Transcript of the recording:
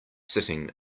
sitting